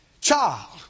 child